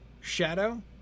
shadow